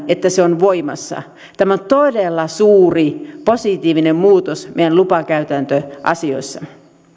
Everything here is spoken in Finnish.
että se on voimassa tämä on todella suuri positiivinen muutos meidän lupakäytäntöasioissa